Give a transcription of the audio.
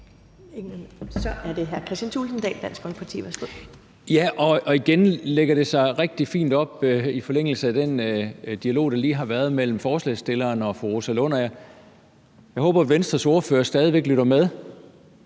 Kl. 12:40 Kristian Thulesen Dahl (DF): Ja, og igen lægger det sig så rigtig fint i forlængelse af den dialog, der lige har været mellem forslagsstilleren og fru Rosa Lund, og jeg håber, at Venstres ordfører stadig væk lytter med.